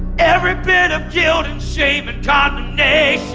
every bit of guilt and shame and condemnation